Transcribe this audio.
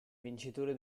vincitore